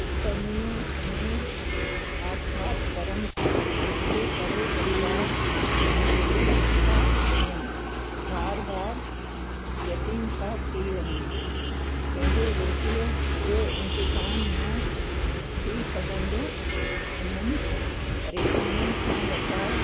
स्तरनीय में आपघात करण था जंहिंजे करे परिवार रुली था वञनि बार बार यतीम था थी वञनि पंहिंजे रोटीअ जो इंतिज़ाम न थी सघंदो उन्हनि परेशानियुनि खां बचाव